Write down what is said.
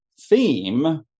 theme